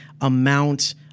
amount